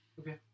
okay